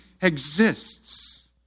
exists